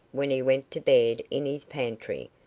when he went to bed in his pantry,